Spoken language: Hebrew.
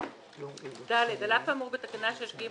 "(ד) על אף האמור בתקנה 6(ג),